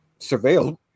surveilled